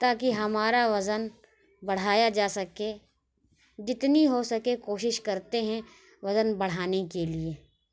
تاکہ ہمارا وزن بڑھایا جا سکے جتنی ہو سکے کوشش کرتے ہیں وزن بڑھانے کے لیے